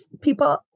people